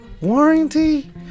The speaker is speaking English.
warranty